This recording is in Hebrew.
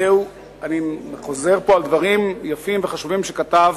אני חוזר פה על דברים יפים וחשובים שכתב